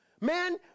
man